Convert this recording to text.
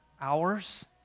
hours